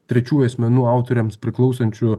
trečiųjų asmenų autoriams priklausančių